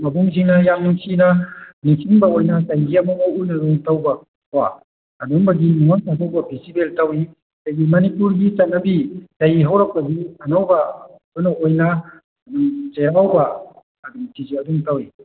ꯃꯦꯛꯕꯪꯁꯤꯡꯅ ꯌꯥꯝ ꯅꯨꯡꯁꯤꯅ ꯅꯤꯡꯁꯤꯡꯕ ꯑꯣꯏꯅ ꯆꯍꯤ ꯑꯃ ꯎꯅꯗꯒꯨꯝ ꯇꯧꯕ ꯀꯣ ꯑꯗꯨꯒꯨꯝꯕꯒꯤ ꯅꯤꯡꯉꯣꯟ ꯆꯥꯛꯀꯧꯕ ꯐꯦꯁꯇꯤꯚꯦꯜ ꯇꯧꯏ ꯑꯗꯒꯤ ꯃꯅꯤꯄꯨꯔꯒꯤ ꯆꯠꯅꯕꯤ ꯆꯍꯤ ꯍꯧꯔꯛꯄꯒꯤ ꯑꯅꯧꯕ ꯑꯣꯏꯅ ꯆꯩꯔꯥꯎꯕꯒꯤ ꯌꯨꯑꯦꯝ ꯆꯩꯔꯥꯎꯕ ꯑꯗꯨꯝ ꯁꯤꯁꯨ ꯑꯗꯨꯝ ꯇꯧꯏ